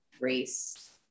race